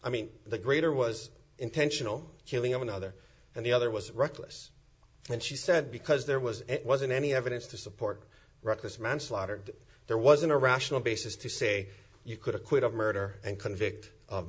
i mean the greater was intentional killing of another and the other was reckless and she said because there was it wasn't any evidence to support reckless manslaughter there wasn't a rational basis to say you could acquit of murder and convict of